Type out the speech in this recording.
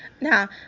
Now